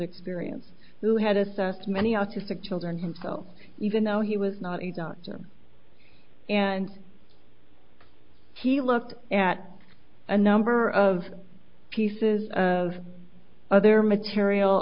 experience who had assessed many autistic children himself even though he was not a doctor and he looked at a number of pieces of other material